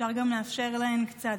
אפשר גם לאפשר להן קצת,